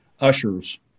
ushers